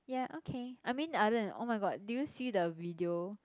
ya okay I mean the other oh my god do you see the video